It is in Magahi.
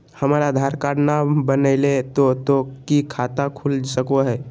हमर आधार कार्ड न बनलै तो तो की खाता खुल सको है?